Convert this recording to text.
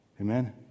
Amen